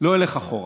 לא אלך אחורה.